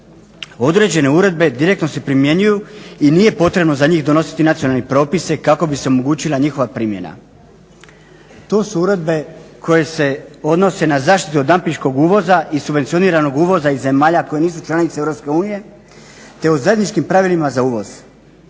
Određene uredbe direktno se primjenjuju i nije potrebno za njih donositi nacionalne propise kako bi se omogućila njihova primjena. To su uredbe koje se odnose na zaštitu od dampiškog uvoza i subvencioniranog uvoza iz zemalja koje nisu članice EU te o zajedničkim pravilima za uvoz.